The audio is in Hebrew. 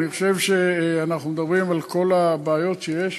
אני חושב שאנחנו מדברים על כל הבעיות שיש,